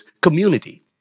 community